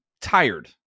tired